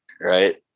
right